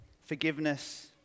forgiveness